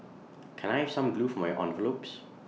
can I have some glue for my envelopes